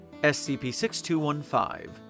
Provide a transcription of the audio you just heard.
SCP-6215